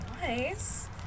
Nice